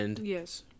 Yes